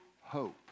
hope